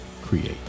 create